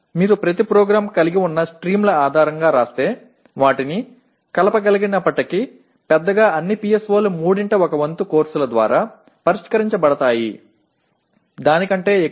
win கீழ் மட்டுமே வரும் பொதுவாக ஒவ்வொரு நிரலிலும் உள்ள பாடங்களின் அடிப்படையில் நீங்கள் எழுதினால் ஒருவர் அவற்றைக் கலக்க முடியும் ஆனால் பெரிய அளவில் அனைத்து PSO களும் மூன்றில் ஒரு பங்கு பாடங்களால் விவரிக்கப்படலாம் அதை விட அதிகமாக இல்லை